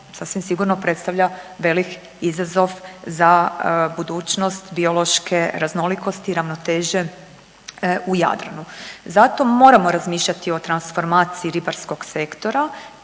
sasvim sigurno predstavlja velik izazov za budućnost biološke raznolikosti i ravnoteže u Jadranu. Zato moramo razmišljati o transformaciji ribarskog sektora